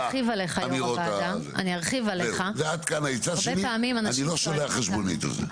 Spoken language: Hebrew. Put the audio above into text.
עד כאן העצה שלי, אני לא שולח חשבונית על זה.